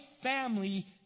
family